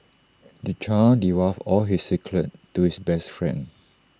the child divulged all his secrets to his best friend